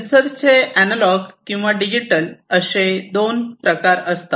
सेन्सरचे analogue किंवा digital असे दोन प्रकार असतात